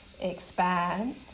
expand